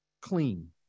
clean